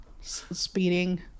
Speeding